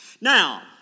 Now